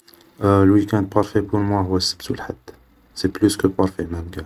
الويكاند بارفي بور موا هو السبت و الاحد, سي بلوس كو بارفي مام قاع